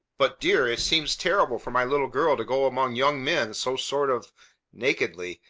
but, dear! it seems terrible for my little girl to go among young men so sort of nakedly.